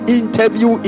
interview